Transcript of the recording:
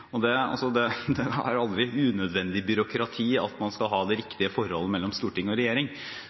Det er aldri unødvendig byråkrati at man skal ha det riktige forholdet mellom storting og regjering,